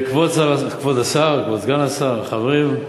כבוד השר, כבוד סגן השר, חברים,